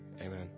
amen